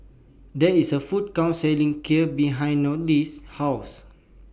There IS A Food Court Selling Kheer behind Nohely's House